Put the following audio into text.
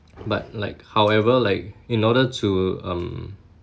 but like however like in order to um